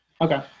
Okay